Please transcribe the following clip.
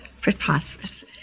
preposterous